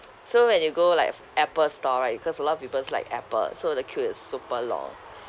so when you go like apple store right because a lot of peoples like apple so the queue is super long